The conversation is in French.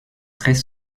très